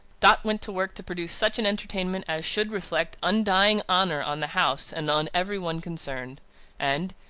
dot went to work to produce such an entertainment as should reflect undying honour on the house and on every one concerned and,